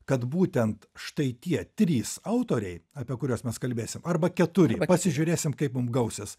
kad būtent štai tie trys autoriai apie kuriuos mes kalbėsim arba keturi pasižiūrėsim kaip mum gausis